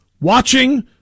watching